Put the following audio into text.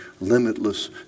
limitless